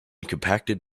compacted